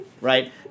right